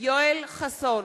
חנין, מצביע יואל חסון, מצביע